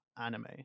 anime